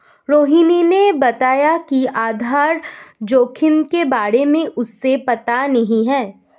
रोहिणी ने बताया कि आधार जोखिम के बारे में उसे पता नहीं है